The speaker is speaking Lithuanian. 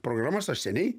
programas aš seniai